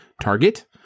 Target